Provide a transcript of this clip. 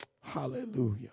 Hallelujah